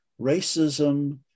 racism